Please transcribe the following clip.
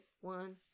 one